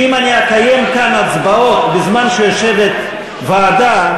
אם אני אקיים כאן הצבעות בזמן שיושבת ועדה,